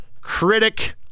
critic